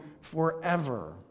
forever